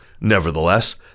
Nevertheless